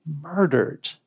murdered